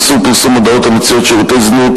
איסור פרסום מודעות המציעות שירותי זנות),